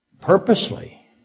purposely